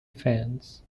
fans